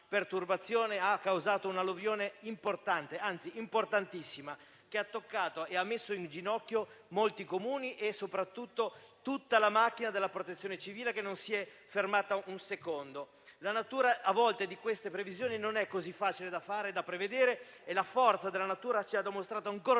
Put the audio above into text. ha causato un'alluvione importante, anzi importantissima, che ha toccato e messo in ginocchio molti Comuni e soprattutto tutta la macchina della Protezione civile, che non si è fermata un secondo. A volte queste previsioni non sono così facili da fare e la forza della natura ci ha dimostrato ancora